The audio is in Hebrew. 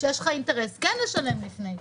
שיש לך אינטרס כן לשלם לפני,